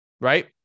Right